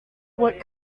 what